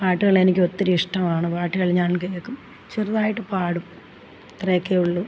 പാട്ടുകൾ എനിക്ക് ഒത്തിരി ഇഷ്ടമാണ് പാട്ടുകൾ ഞാൻ കേൾക്കും ചെറുതായിട്ടു പാടും ഇത്രയൊക്കെ ഉള്ളൂ